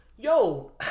Yo